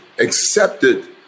accepted